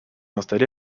installé